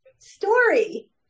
story